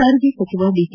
ಸಾರಿಗೆ ಸಚಿವ ಡಿಸಿ